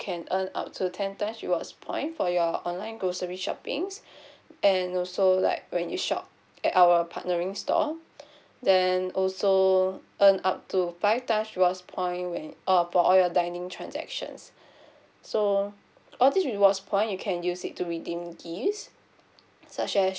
can earn up to ten times rewards point for your online grocery shopping's and also like when you shop at our partnering store then also earn up to five times rewards point when uh for all your dining transactions so all these rewards point you can use it to redeem gifts such as